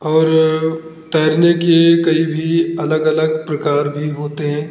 और तैरने के कई भी अलग अलग प्रकार भी होते हैं